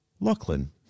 Lachlan